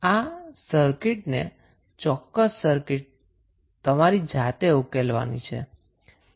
આ ચોક્કસ સર્કિટને તમારે જાતે ઉકેલવાની છે